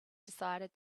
decided